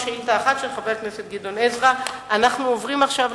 חבר הכנסת גדעון עזרא שאל את